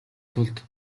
тулд